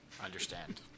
understand